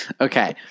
Okay